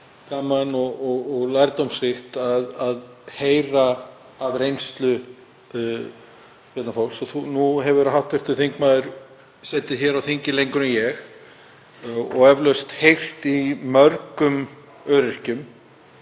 gaman og lærdómsríkt að heyra af reynslu fólks. Nú hefur hv. þingmaður setið hér á þingi lengur en ég og eflaust heyrt í mörgum öryrkjum